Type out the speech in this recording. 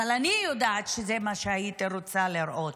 אבל אני יודעת שזה מה שהייתי רוצה לראות,